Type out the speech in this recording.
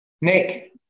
Nick